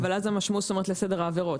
אבל אז המשמעות היא לסדר העבירות.